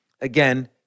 again